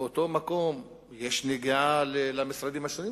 באותו מקום יש נגיעה למשרדים השונים,